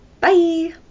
Bye